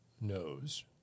knows